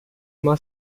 uma